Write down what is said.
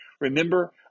Remember